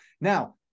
now